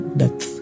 death